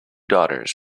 daughters